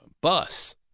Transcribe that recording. bus